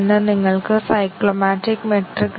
അതിനാൽ ഇത് ശരിയാകും ഇത് തെറ്റാണ്